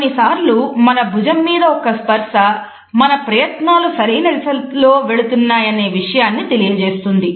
కొన్నిసార్లు మన భుజం మీద ఒక్క స్పర్శ మన ప్రయత్నాలు సరైన దిశలో వెళుతున్నాయనే విషయాన్ని తెలియజేస్తుంది